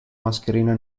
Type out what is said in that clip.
mascherina